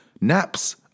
naps